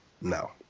no